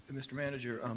mr. manager,